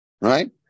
Right